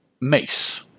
mace